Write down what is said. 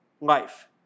life